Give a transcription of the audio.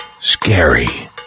scary